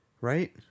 right